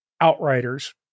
Outriders